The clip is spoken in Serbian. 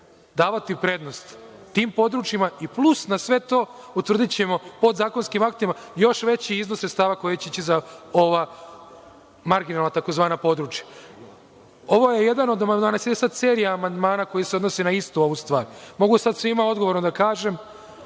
davati prednost tim područjima i plus na sve to utvrdićemo podzakonskim aktima još veći iznos sredstava koji će ići za ova marginalna tzv. područja. Ovo je jedan od amandmana, sledi sad serija amandmana koja se odnosi na istu ovu stvar. Mogu sad svima odgovorno da kažem